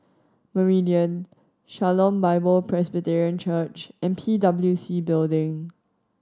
Meridian Shalom Bible Presbyterian Church and P W C Building